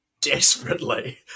desperately